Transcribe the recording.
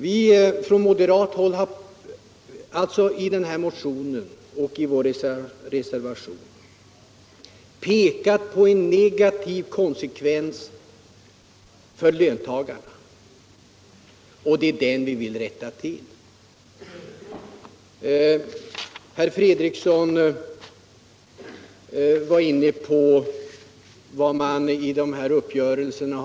Vi moderater har i motionen och reservationen pekat på en negativ konsekvens för löntagarna som vi vill rätta till. Herr Fredriksson talade om vad man har vunnit genom Hagauppgörelserna.